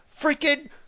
freaking